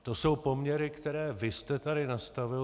To jsou poměry, které vy jste tady nastavil.